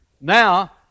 Now